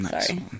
Sorry